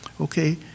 okay